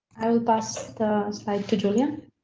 i will pass to julia.